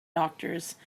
doctors